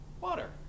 water